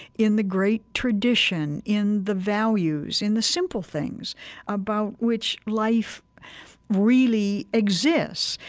in the great tradition, in the values, in the simple things about which life really exists.